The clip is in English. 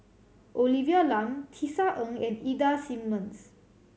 Olivia Lum Tisa Ng and Ida Simmons